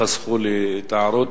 חסכו לי את ההערות,